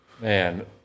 Man